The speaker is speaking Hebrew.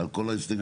על כל ההסתייגויות?